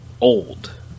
old